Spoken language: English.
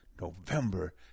November